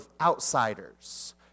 outsiders